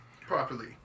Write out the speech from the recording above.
properly